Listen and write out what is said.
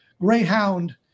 Greyhound